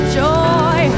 joy